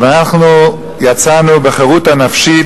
אבל אנחנו יצאנו בחירות הנפשית.